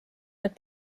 nüüd